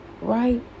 right